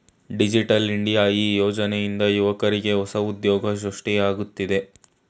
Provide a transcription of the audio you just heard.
digital India ಈ ಯೋಜನೆಯಿಂದ ಯುವಕ್ರಿಗೆ ಹೊಸ ಉದ್ಯೋಗ ಸೃಷ್ಟಿಯಾಗುತ್ತಿದೆ